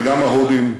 גם ההודים,